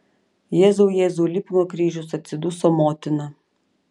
jėzau jėzau lipk nuo kryžiaus atsiduso motina